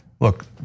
Look